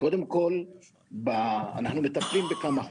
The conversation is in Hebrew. אנחנו מטפלים בכמה חוקים,